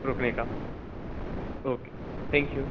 रुकने का okay thank you